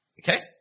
Okay